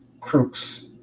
crooks